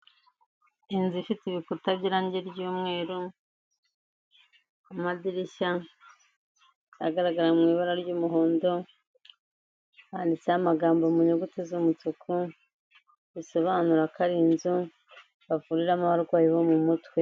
Inzu ifite ibikuta by'irange ry'umweru, amadirishya agaragara mu ibara ry'umuhondo handitseho amagambo mu nyuguti z'umutuku, bisobanura ko ari inzu bavuriramo abarwayi bo mu mutwe.